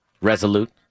resolute